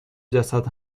جسد